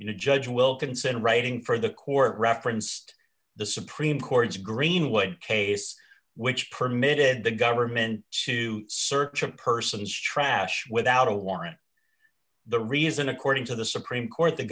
you know judge wilkinson writing for the court referenced the supreme court's greenway case which permitted the government to search a person's trash without a warrant the reason according to the supreme court the